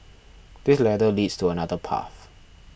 this ladder leads to another path